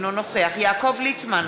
אינו נוכח יעקב ליצמן,